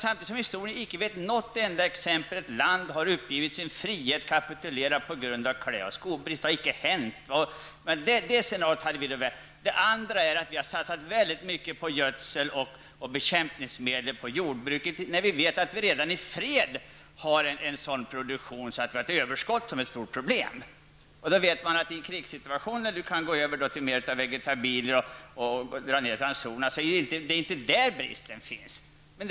Samtidigt känner vi inte till något land som har uppgett sin frihet och kapitulerat på grund av brist på kläder och skor. Det har inte hänt. Vi har också satsat mycket på gödsel och bekämpningsmedel inom jordbruket, trots att vi redan i fred har ett överskott på sådana medel. Det utgör ett stort problem. I krigstid kan man gå över till vegetabilisk föda, dra ner ransonerna osv. Det råder alltså ingen brist på livsmedel.